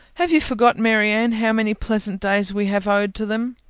have you forgot, marianne, how many pleasant days we have owed to them?